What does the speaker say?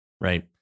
Right